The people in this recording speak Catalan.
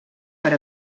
per